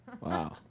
Wow